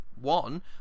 one